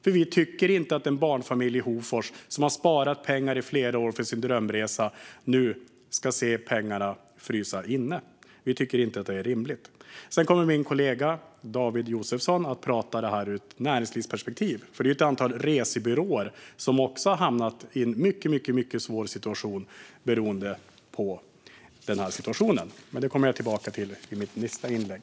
Vi tycker nämligen inte att en barnfamilj i Hofors, som har sparat pengar i flera år till sin drömresa, nu ska se pengarna frysa inne. Vi tycker inte att det är rimligt. Min kollega David Josefsson kommer att tala om detta ur ett näringslivsperspektiv, eftersom det är ett antal resebyråer som också har hamnat i en mycket svår situation beroende på pandemin. Detta kommer jag att återkomma till i mitt nästa inlägg.